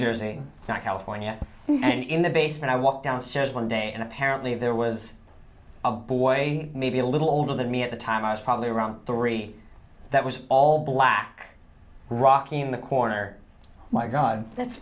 jersey not california and in the basement i walked downstairs one day and apparently there was a boy maybe a little older than me at the time i was probably around three that was all black rocking in the corner my god that's